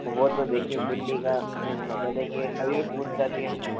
वो तो देखिए बिल्ली का